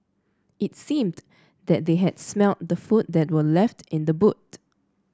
it seemed that they had smelt the food that were left in the boot